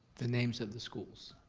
the names of the schools.